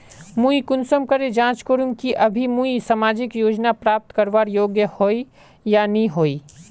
मुई कुंसम करे जाँच करूम की अभी मुई सामाजिक योजना प्राप्त करवार योग्य होई या नी होई?